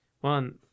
one